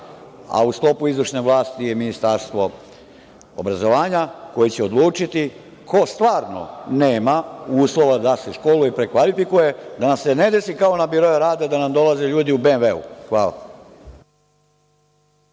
a u sklopu izvršne vlasti je Ministarstvo obrazovanja koje će odlučuje ko stvarno nema uslova da se školuje i prekvalifikuje, da nam se ne desi kao na birou rada da nam dolaze ljudi u BMW-u. **Maja